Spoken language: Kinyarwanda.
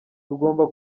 tugomba